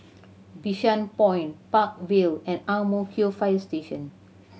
Bishan Point Park Vale and Ang Mo Kio Fire Station